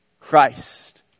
Christ